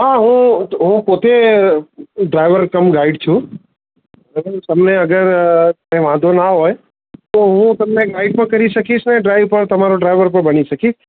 હ હું હું તો હું પોતે ડ્રાઈવર કમ ગાઈડ છું બરાબર તમને અગર કંઈ વાંધો ના હોય તો હું તમને ગાઈડ પણ કરી શકીશ ને ડ્રાઇવ પણ તમારો ડ્રાઈવર પણ બની શકીશ